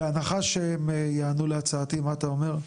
בהנחה שהם ייענו להצעתי, מה אתה אומר?